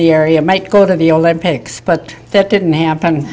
the area might go to the olympics but that didn't happen